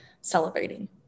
celebrating